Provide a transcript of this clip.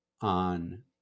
on